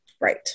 Right